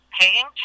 paying